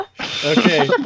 Okay